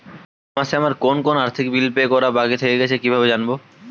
এই মাসে আমার কোন কোন আর্থিক বিল পে করা বাকী থেকে গেছে কীভাবে জানব?